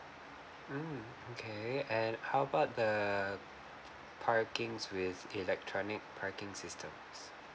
mm okay and how about the parking with electronic parking systems